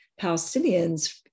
Palestinians